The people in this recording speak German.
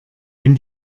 wenn